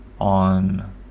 on